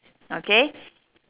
okay